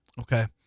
Okay